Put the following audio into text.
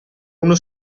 uno